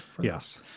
yes